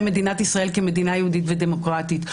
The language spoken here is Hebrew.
מדינת ישראל כמדינה יהודית ודמוקרטית.